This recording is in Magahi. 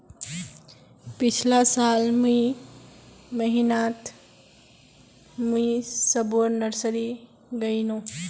पिछला साल मई महीनातमुई सबोर नर्सरी गायेनू